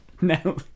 No